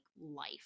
life